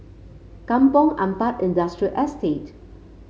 Kampong Ampat Industrial Estate